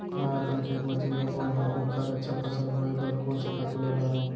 मैं अपन खेत मा तिंवरा बोये हव ओखर अच्छा फसल होये बर कोन से खातू ला डारव?